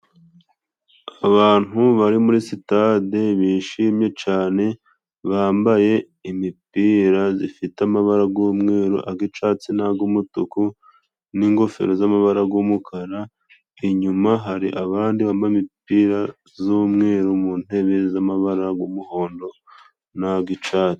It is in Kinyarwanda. Abantu bari muri sitade bishimye cane bambaye imipira zifite amabara g'umweru, agicatsi nag'umutuku n'ingofero z'amabara g'umukara inyuma hari abandi bambaye imipira z'umweru mu ntebe z'amabara g'umuhondo nagica.